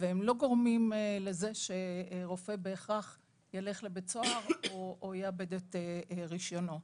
והם לא גורמים לזה שרופא בהכרח יילך לבית סוהר או יאבד את רישיונו.